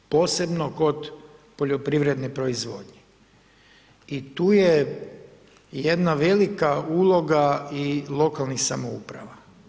Posebno kod poljoprivredne proizvodnje i tu je jedna velika uloga i lokalnih samouprava.